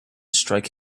strike